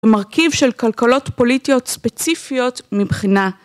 ומרכיב של כלכלות פוליטיות ספציפיות מבחינה.